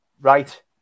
right